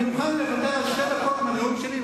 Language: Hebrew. אני מוכן לוותר על שתי דקות מהנאום שלי,